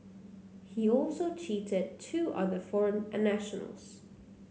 he also cheated two other foreign nationals